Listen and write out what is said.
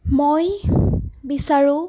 মই বিচাৰোঁ